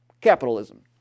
capitalism